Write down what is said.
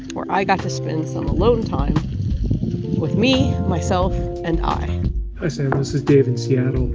where i got to spend some alone time with me, myself and i hi, sam. this is dave in seattle.